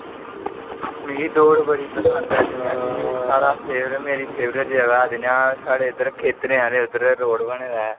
मिगी दौड़ बड़ी पसंद ऐ जियां कि एह् मेरी फैवरट जगह जियां साडे इधर क्षैत्र साडे उद्धर रोड बने दा